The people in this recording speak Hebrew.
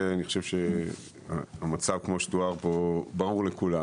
אני חושב שהמצב כמו שתואר פה ברור לכולם,